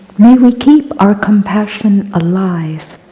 we will keep our compassion alive,